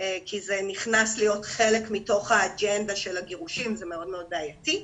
כי זה נכנס להיות חלק מתוך האג'נדה של הגירושין וזה מאוד מאוד בעייתי.